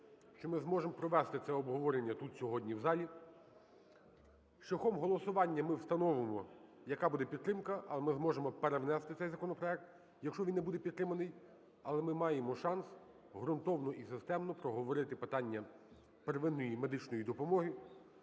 що ми зможемо провести це обговорення тут сьогодні в залі. Шляхом голосування ми встановимо, яка буде підтримка. Але ми зможемо перевнести цей законопроект, якщо він не буде підтриманий. Але ми маємо шанс ґрунтовно й системно проговорити питання первинної медичної допомоги,